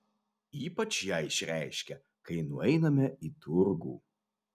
ypač ją išreiškia kai nueiname į turgų